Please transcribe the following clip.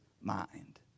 mind